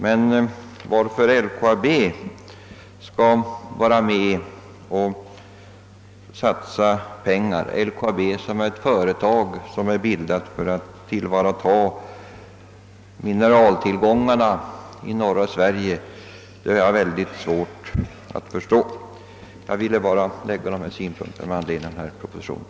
Men att LKAB — ett företag som bildats för att tillvarata mineraltillgångarna i norra Sverige — skall vara med och satsa pengar i detta fall har jag mycket svårt att förstå. Jag ville anföra dessa synpunkter med anledning av denna proposition.